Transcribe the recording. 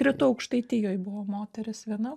rytų aukštaitijoj buvo moteris viena